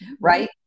right